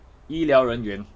医疗人员